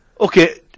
Okay